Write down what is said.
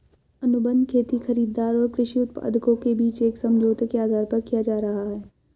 अनुबंध खेती खरीदार और कृषि उत्पादकों के बीच एक समझौते के आधार पर किया जा रहा है